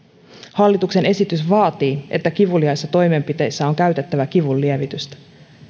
hallituksen esitys vaatii että kivuliaissa toimenpiteissä on käytettävä kivunlievitystä